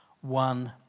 one